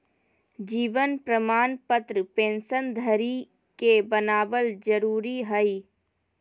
जीवन प्रमाण पत्र पेंशन धरी के बनाबल जरुरी हइ